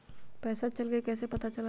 पैसा चल गयी कैसे पता चलत?